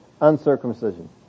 uncircumcision